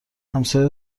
همسایه